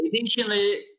Additionally